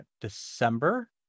December